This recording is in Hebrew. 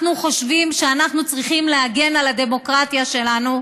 אנחנו חושבים שאנחנו צריכים להגן על הדמוקרטיה שלנו.